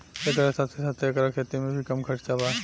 एकरा साथे साथे एकर खेती में भी कम खर्चा बा